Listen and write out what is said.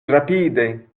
rapide